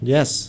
Yes